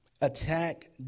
Attack